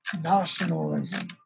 nationalism